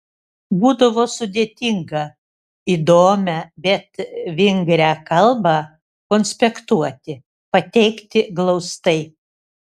būdavo sudėtinga įdomią bet vingrią kalbą konspektuoti pateikti glaustai